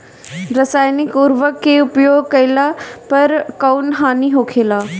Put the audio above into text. रसायनिक उर्वरक के उपयोग कइला पर कउन हानि होखेला?